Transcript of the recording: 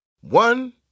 One